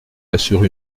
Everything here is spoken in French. assure